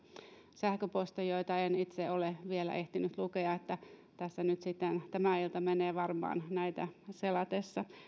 sähköposteja joita en itse ole vielä ehtinyt lukea että tässä nyt sitten tämä ilta menee varmaan näitä selatessa